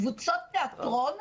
קבוצות תיאטרון,